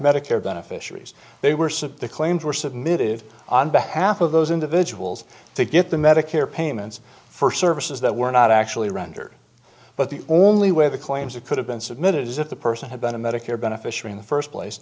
medicare beneficiaries they were since the claims were submitted on behalf of those individuals to get the medicare payments for services that were not actually rendered but the only way the claims are could have been submitted is if the person had been a medicare beneficiary in the first place